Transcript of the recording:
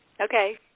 Okay